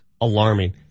alarming